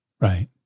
Right